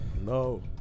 No